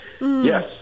Yes